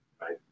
right